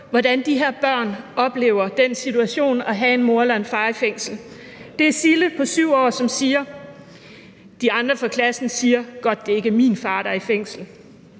hvordan de her børn oplever den situation at have en mor eller en far i fængsel. Det er Sille på 7 år, som siger: De andre fra klassen siger: Godt, det ikke er min far, der er i fængsel.